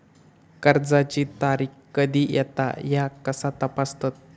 कर्जाची तारीख कधी येता ह्या कसा तपासतत?